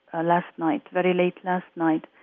ah last night very late last night.